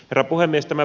herra puhemies